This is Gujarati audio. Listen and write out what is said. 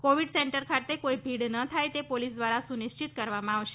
કોવિડ સેન્ટર ખાતે કોઈ ભીડ ન થાય તે પોલીસ દ્વારા સુનિશ્ચિત કરવામાં આવશે